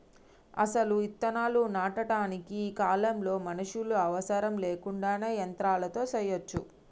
అసలు ఇత్తనాలు నాటటానికి ఈ కాలంలో మనుషులు అవసరం లేకుండానే యంత్రాలతో సెయ్యచ్చు